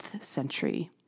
century